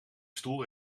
stoel